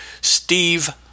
Steve